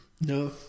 No